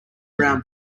around